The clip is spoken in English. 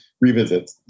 revisit